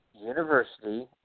university